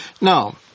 now